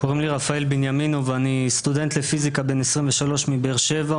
אני רפאל בנימינוב ואני סטודנט לפיזיקה בן 23 מבאר שבע,